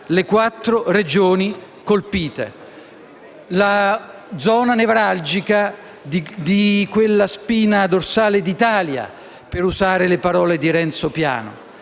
le quattro Regioni colpite, la zona nevralgica di quella spina dorsale d'Italia, per usare le parole di Renzo Piano.